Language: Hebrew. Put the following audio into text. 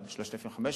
3,500 4,000,